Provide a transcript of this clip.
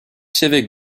civic